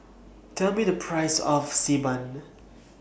Tell Me The Price of Xi Ban